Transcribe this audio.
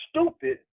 stupid